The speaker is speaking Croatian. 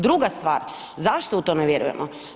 Druga stvar, zašto u to ne vjerujem?